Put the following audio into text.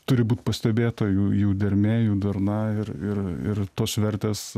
turi būt pastebėta jų jų dermė jų darna ir ir ir tos vertės